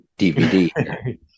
DVD